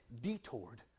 detoured